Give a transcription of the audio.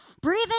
Breathing